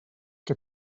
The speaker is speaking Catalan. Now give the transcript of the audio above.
que